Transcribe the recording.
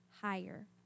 higher